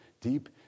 deep